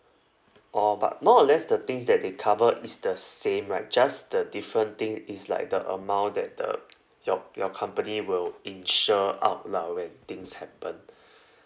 orh but more or less the things that they cover is the same right just the different thing is like the amount that the your your company will insure out lah when things happen